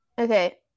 Okay